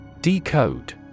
Decode